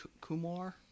Kumar